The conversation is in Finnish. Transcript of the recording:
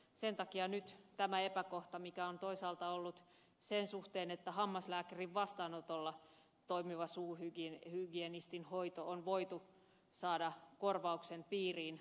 sen takia nyt tämä epäkohta mikä on toisaalta ollut sen suhteen että vain hammaslääkärin vastaanotolla toimivan suuhygienistin hoito on voitu saada korvauksen piiriin